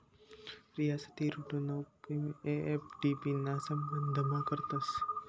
रियासती ऋणना उपेग एम.डी.बी ना संबंधमा करतस